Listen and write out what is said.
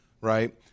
right